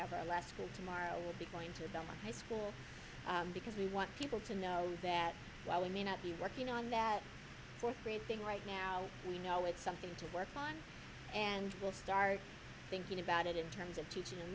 have our last school tomorrow will be going to the high school because we want people to know that while we may not be working on that fourth grade thing right now we know it's something to work on and we'll start thinking about it in terms of teaching and